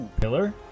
pillar